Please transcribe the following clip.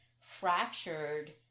fractured